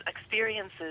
experiences